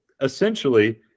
essentially